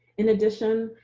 in addition,